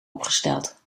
opgesteld